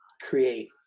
create